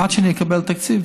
עד שאני אקבל תקציב